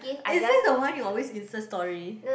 is it the one he always Insta Story